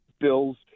Bills